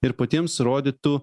ir patiems rodytų